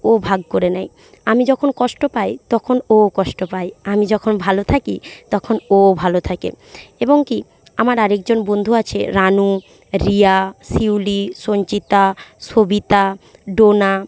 ও ভাগ করে নেয় আমি যখন কষ্ট পাই তখন ওও কষ্ট পায় আমি যখন ভালো থাকি তখন ওও ভালো থাকে এবং কি আমার আরেকজন বন্ধু আছে রানু রিয়া শিউলি সঞ্চিতা সবিতা ডোনা